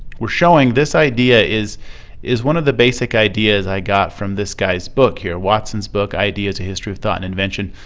we're showing this idea is is one of the basic ideas i got from this guy's book here, watson's book, ideas a history of thought and invention.